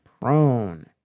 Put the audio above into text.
prone